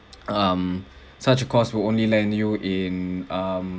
um such a course will only land you in um